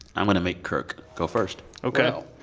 i'm going to make kirk go first ok. well,